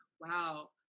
wow